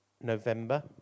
November